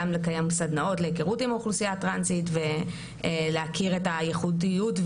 גם לקיים סדנאות להיכרות עם האוכלוסייה הטרנסית ולהכיר את הייחודיות,